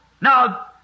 Now